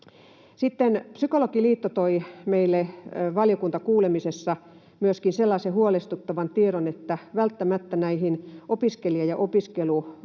Psykologiliitto toi meille valiokuntakuulemisessa myöskin sellaisen huolestuttavan tiedon, että välttämättä opiskelija‑ ja opiskeluhuollon